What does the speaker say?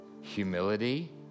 humility